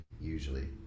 usually